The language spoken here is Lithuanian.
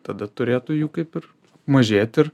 tada turėtų jų kaip ir mažėti ir